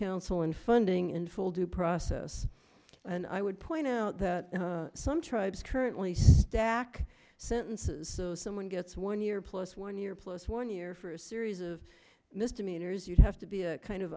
counsel in funding in full due process and i would point out that some tribes currently stack sentences so someone gets one year plus one year plus one year for a series of misdemeanors you have to be a kind of